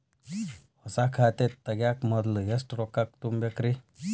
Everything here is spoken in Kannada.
ಹೊಸಾ ಖಾತೆ ತಗ್ಯಾಕ ಮೊದ್ಲ ಎಷ್ಟ ರೊಕ್ಕಾ ತುಂಬೇಕ್ರಿ?